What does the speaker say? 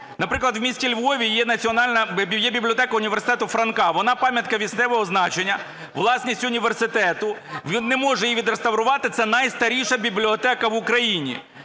Наприклад, у місті Львові є національна... є бібліотека університету Франка, вона пам'ятка місцевого значення, власність університету. Він не може її відреставрувати, це найстаріша бібліотека в Україні.